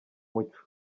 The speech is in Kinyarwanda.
muco